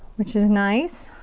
which is nice.